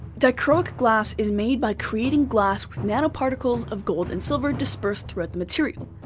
dichroic glass is made by creating glass with nanoparticles of gold and silver dispersed throughout the material.